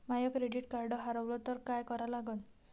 माय credit card हारवलं तर काय करा लागन?